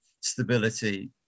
stability